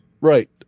Right